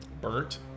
Burnt